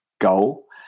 goal